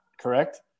correct